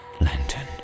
lantern